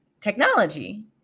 technology